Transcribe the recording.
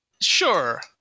sure